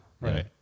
Right